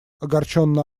огорченно